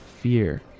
fear